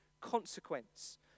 consequence